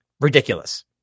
Ridiculous